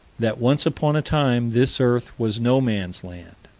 that once upon a time, this earth was no-man's land,